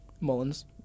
Mullins